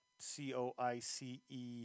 C-O-I-C-E